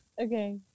Okay